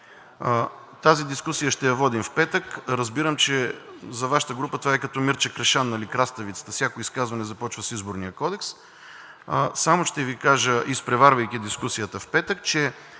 Тази дискусия ще я водим в петък. Разбирам, че за Вашата група това е като Мирча Кришан с краставицата – всяко изказване започва с Изборния кодекс. Само ще Ви кажа, изпреварвайки дискусията в петък, че